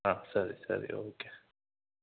ಹಾಂ ಸರಿ ಸರಿ ಓಕೆ